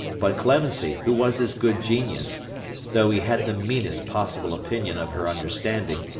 but, clemency, who was his good genius though he had the meanest possible opinion of her understanding,